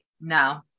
No